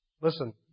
Listen